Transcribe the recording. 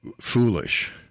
foolish